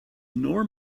nor